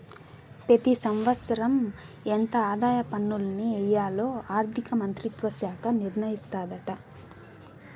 పెతి సంవత్సరం ఎంత ఆదాయ పన్నుల్ని ఎయ్యాల్లో ఆర్థిక మంత్రిత్వ శాఖ నిర్ణయిస్తాదాట